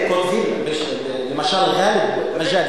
כותבים למשל גאלב מג'אדלה,